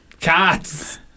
Cats